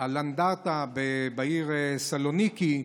על אנדרטה בעיר סלוניקי,